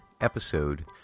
episode